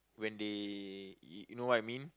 when they you know what I mean